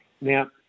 Now